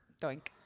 Doink